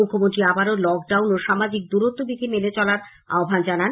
মুখ্যমন্ত্রী আবারো লকডাউন ও সামাজিক দূরত্ব বিধি মেনে চলার আহ্বান জানান